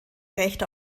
recht